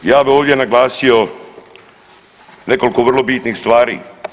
Ja bi ovdje naglasio nekoliko vrlo bitnih stvari.